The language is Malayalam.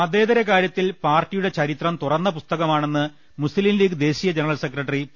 മതേതര കാര്യത്തിൽ പാർട്ടിയുടെ ചരിത്രം തുറന്ന പുസ്തക മാണെന്ന് മുസ്ലിം ലീഗ് ദേശീയ ജനറൽ സെക്രട്ടറി പി